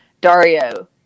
dario